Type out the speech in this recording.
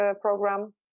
program